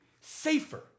safer